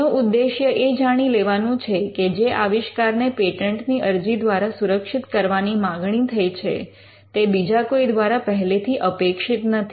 એનો ઉદ્દેશ્ય એ જાણી લેવાનું છે કે જે આવિષ્કારને પેટન્ટની અરજી દ્વારા સુરક્ષિત કરવાની માગણી થઈ છે તે બીજા કોઈ દ્વારા પહેલેથી અપેક્ષિત નથી